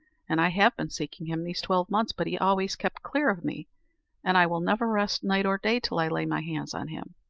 and i have been seeking him these twelve months, but he always kept clear of me and i will never rest night or day till i lay my hands on him.